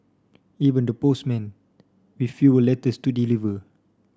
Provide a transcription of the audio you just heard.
even the postmen with fewer letters to deliver